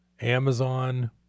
Amazon